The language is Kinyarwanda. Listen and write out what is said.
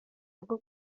rw’u